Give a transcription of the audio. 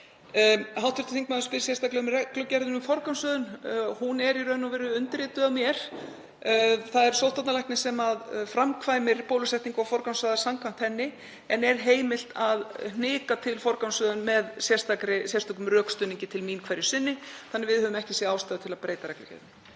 rétt. Hv. þingmaður spyr sérstaklega um reglugerð um forgangsröðun. Hún er í raun og veru undirrituð af mér. Það er sóttvarnalæknir sem framkvæmir bólusetningu og forgangsraðar samkvæmt henni, en er heimilt að hnika til forgangsröðun með sérstökum rökstuðningi til mín hverju sinni, þannig að við höfum ekki séð ástæðu til að breyta reglugerðinni.